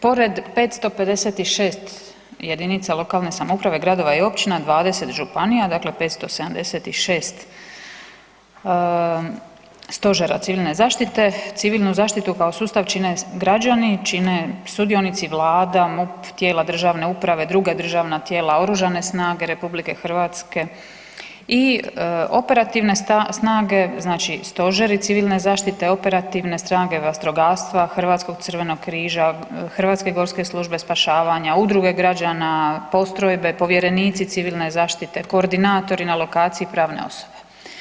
Pored 556 jedinica lokalne samouprave, gradova i općina, 20 županija, dakle 576 stožera Civilne zaštite Civilnu zaštitu kao sustav čine građani, čine sudionici Vlada, MUP, tijela državne uprave, druga državna tijela, oružane snage RH i operativne snage, znači stožeri civilne zaštite, operativne stranke vatrogastva, Hrvatskog crvenog križa, Hrvatske gorske službe spašavanja, udruge građana, postrojbe, povjerenici Civilne zaštite, koordinatori na lokaciji, pravne osobe.